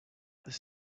this